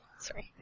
Sorry